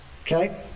okay